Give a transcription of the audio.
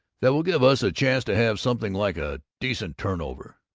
that will give us a chance to have something like a decent turnover.